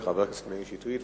של חבר הכנסת מאיר שטרית: